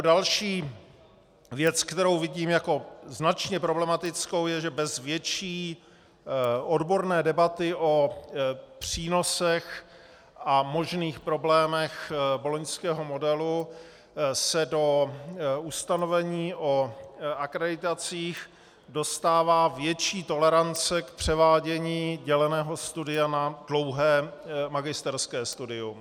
Další věc, kterou vidím jako značně problematickou, je, že bez větší odborné debaty o přínosech a možných problémech boloňského modelu se do ustanovení o akreditacích dostává větší tolerance k převádění děleného studia na dlouhé magisterské studium.